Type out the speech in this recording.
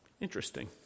Interesting